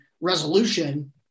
resolution